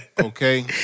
Okay